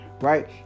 right